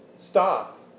stop